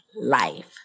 life